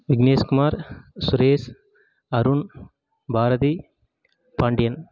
Vignesh Kumar Suresh Arun Bharathi Pandian